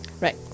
Right